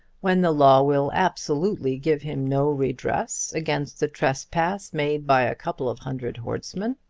when the law will absolutely give him no redress against the trespass made by a couple of hundred horsemen?